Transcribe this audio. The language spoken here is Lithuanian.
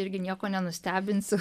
irgi nieko nenustebinsiu